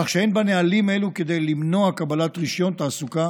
כך שאין בנהלים האלה כדי למנוע קבלת רישיון תעסוקה